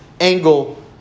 angle